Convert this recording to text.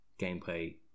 gameplay